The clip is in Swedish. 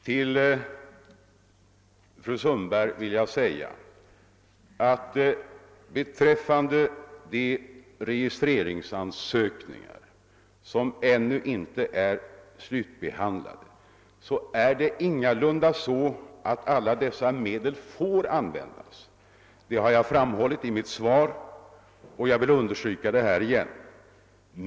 Till fru Sundberg vill jag säga följande. Beträffande de registreringsansökningar som ännu inte är slutbehandlade är det ingalunda så att alla dessa medel får användas. Det har jag framhållit i mitt svar, och jag vill understryka det på nytt.